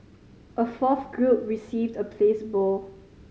a fourth group received a placebo